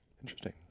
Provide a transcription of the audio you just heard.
Interesting